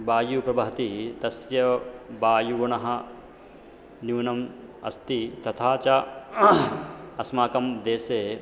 वायुः प्रवहति तस्य वायुगुणः न्यूनम् अस्ति तथा च अस्माकं देशे